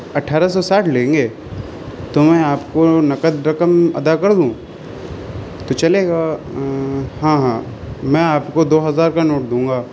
اٹھارہ سو ساٹھ لیں گے تو میں آپ کو نقد رقم ادا کر دوں تو چلے گا ہاں ہاں میں آپ کو دو ہزار کا نوٹ دوں گا